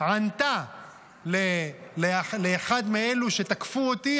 ענתה לאחד מאלו שתקפו אותי,